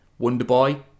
Wonderboy